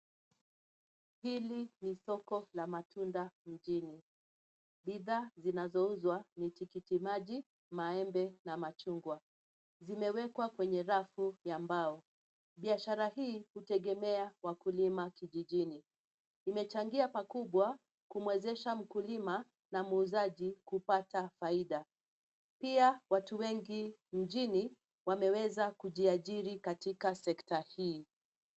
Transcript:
Hili ni soko la matunda mjini. Bidhaa zinazouzwa ni tikitiki maji, maembe na machungwa. Zimewekwa kwenye rafu ya mbao. Biashara hii, hutegemea wakulima kijijini. Imechangia pakubwa kumwezesha mkulima, na muuzaji kupata faida. Pia watu wengi mjini, wameweza kujiajiri katika sekta hii.